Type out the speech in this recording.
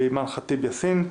ואימאן ח'טיב יאסין.